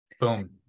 Boom